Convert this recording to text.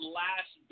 last